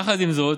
יחד עם זאת,